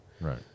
right